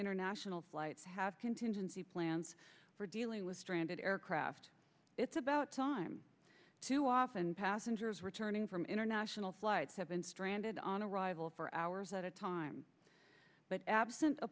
international flights have contingency plans for dealing with stranded aircraft it's about time too often passengers returning from international flights have been stranded on arrival for hours at a time but absent